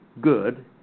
good